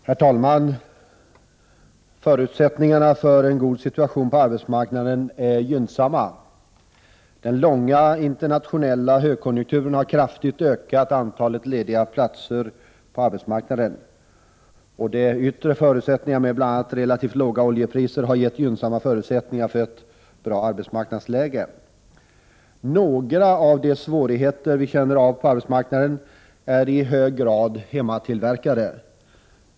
Herr talman! Förutsättningarna för en god situation på arbetsmarknaden är gynnsamma. Den långa internationella högkonjunkturen har kraftigt ökat antalet lediga platser på arbetsmarknaden. De yttre förutsättningarna med bl.a. relativt låga oljepriser har gett gynnsamma förutsättningar för ett gott arbetsmarknadsläge. Några av de svårigheter vi känner av på arbetsmarknaden är i hög grad hemmatillverkade.